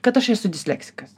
kad aš esu disleksikas